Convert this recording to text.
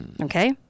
Okay